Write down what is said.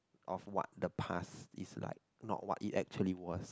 of what the past is like not what it actually was